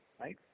right